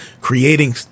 creating